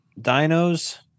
dinos